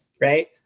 right